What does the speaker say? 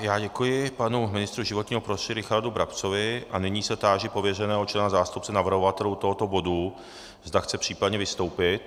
Já děkuji panu ministru životního prostředí Richardu Brabcovi a nyní se táži pověřeného člena, zástupce navrhovatelů tohoto bodu, zda chce případně vystoupit.